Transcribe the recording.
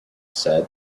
said